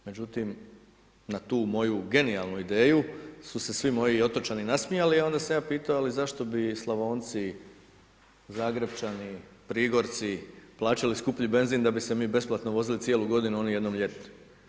Međutim na tu moju genijalnu ideju su se svi moji otočani nasmijali a onda sam ja pitao ali zašto bi Slavonci, Zagrepčani, Prigorci plaćali skuplji benzin da bi se mi besplatno vozili cijenu godinu a oni jednom ljeti?